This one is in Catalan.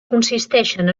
consisteixen